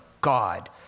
God